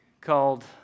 called